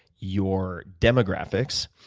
your demographics.